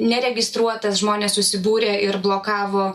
neregistruotas žmonės susibūrė ir blokavo